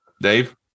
Dave